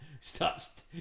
starts